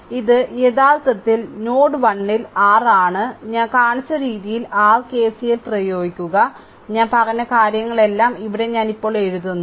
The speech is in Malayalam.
അതിനാൽ ഇത് യഥാർത്ഥത്തിൽ നോഡ് 1 ൽ r ആണ് ഞാൻ കാണിച്ച രീതിയിൽ r KCL പ്രയോഗിക്കുക ഞാൻ പറഞ്ഞ കാര്യങ്ങളെല്ലാം ഇവിടെ ഞാൻ ഇപ്പോൾ എഴുതുന്നു